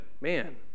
man